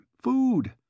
food